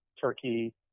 Turkey